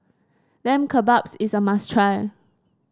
Lamb Kebabs is a must try